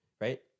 right